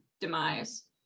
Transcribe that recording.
demise